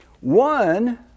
One